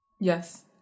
Yes